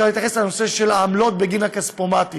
להתייחס לנושא של העמלות בגין הכספומטים.